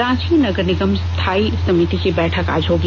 रांची नगर निगम स्थायी समिति की बैठक आज होगी